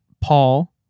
Paul